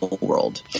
world